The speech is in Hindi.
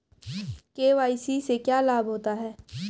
के.वाई.सी से क्या लाभ होता है?